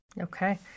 Okay